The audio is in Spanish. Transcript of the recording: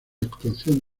actuación